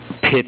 pitch